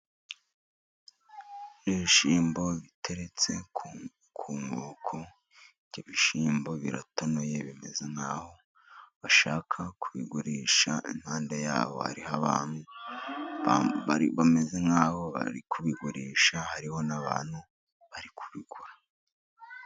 Ibishyimbo biteretse ku nkoko, ibyo bishyimbo biratonoye, bimeze nk'aho bashaka kubigurisha, impanda yabo hariho bameze nk'aho bari kubigurisha, hariho n'abantu bari kubigura.